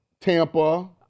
Tampa